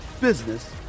business